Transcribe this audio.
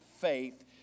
faith